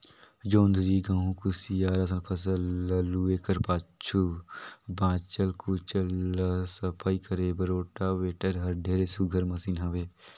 जोंधरी, गहूँ, कुसियार असन फसल ल लूए कर पाछू बाँचल खुचल ल सफई करे बर रोटावेटर हर ढेरे सुग्घर मसीन हवे